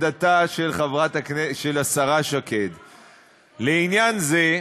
1. לערכים אוניברסליים, 2. לאזרח היהודי.